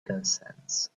consents